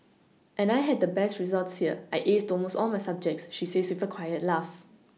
and I had the best results here I aced almost all my subjects she says with a quiet laugh